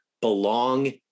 belong